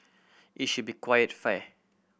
it should be quite fair